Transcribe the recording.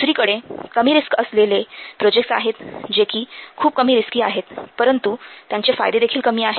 दुसरीकडे कमी रिस्क असलेले प्रोजेक्टस आहेत जे कि खूप कमी रिस्की आहेत परंतु त्यांचे फायदे देखील कमी आहे